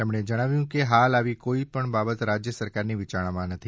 તેમણે જણાવ્યું કે હાલ આવી કોઈ જ બાબત રાજ્ય સરકારની વિચારણામાં નથી